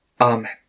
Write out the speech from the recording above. Amen